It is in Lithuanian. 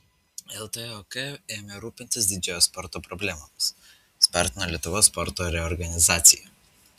ltok ėmė rūpintis didžiojo sporto problemomis spartino lietuvos sporto reorganizaciją